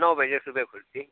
नौ बजे सुबह खुलती है